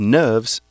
nerves